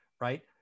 right